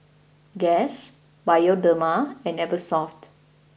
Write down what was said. Guess Bioderma and Eversoft